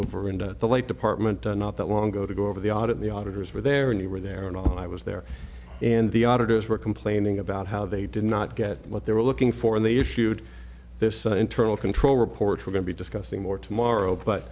over into the late department not that long ago to go over the audit the auditors were there and they were there and i was there and the auditors were complaining about how they did not get what they were looking for and they issued this internal control report we're going to be discussing more tomorrow but